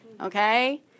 Okay